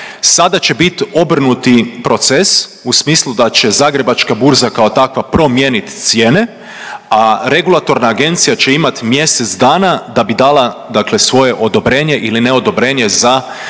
Sada će bit obrnuti proces u smislu da će Zagrebačka burza kao takva promijenit cijene, a regulatorna agencija će imat mjesec dana da bi dala dakle svoje odobrenje ili neodobrenje za cijene